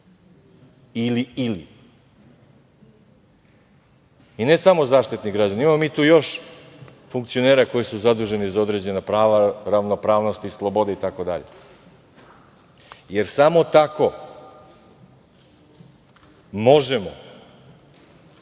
Ili ili i ne samo Zaštitnik građana. Ima tu još funkcionera koji su zaduženi za određena prava, ravnopravnost i slobode itd. jer samo tako možemo